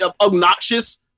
obnoxious